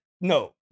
No